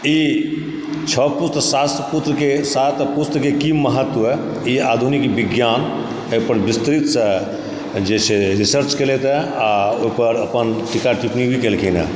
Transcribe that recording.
ई छओ पुस्त सात पुत्रके सात पुस्तके की महत्व ई आधुनिक विज्ञान एहि पर विस्तृतसँ जे छै रिसर्च केलथि आ ओहिपर अपन टिका टिप्पणी भी केलखिन्ह हँ